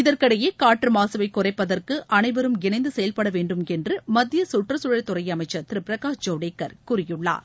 இதற்கிடையே காற்று மாசுவை குறைப்பதற்கு அனைவரும் இணைந்து செயல்பட வேண்டும் என்று மத்திய கற்றுச்சூழல் துறை அமைச்சர் திரு பிரகாஷ் ஜவடேக்கர் கூறியுள்ளார்